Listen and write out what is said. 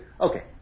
Okay